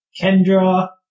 Kendra